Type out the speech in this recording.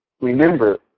remember